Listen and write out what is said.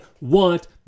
want